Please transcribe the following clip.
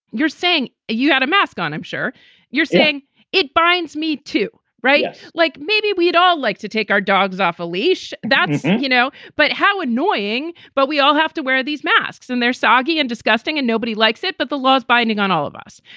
you're saying you had a mask on. i'm sure you're saying it binds me to write it. yeah like maybe we'd all like to take our dogs off a leash. that's, you know, but how annoying. but we all have to wear these masks and they're soggy and disgusting and nobody likes it. but the laws binding on all of us,